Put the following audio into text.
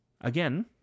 Again